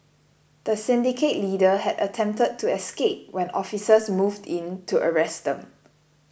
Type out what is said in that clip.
the syndicate leader had attempted to escape when officers moved in to arrest them